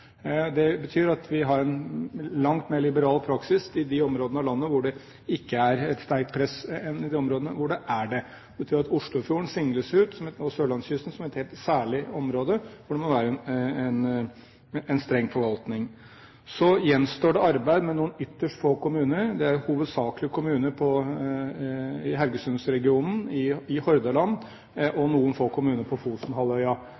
Det betyr at vi har en langt mer liberal praksis i de områdene av landet hvor det ikke er et sterkt press, enn i de områdene hvor det er det. Det betyr at Oslofjorden og sørlandskysten singles ut som et helt særlig område hvor det er en streng forvaltning. Så gjenstår det arbeid med noen ytterst få kommuner. Det er hovedsakelig kommuner i Haugesund-regionen, i Hordaland,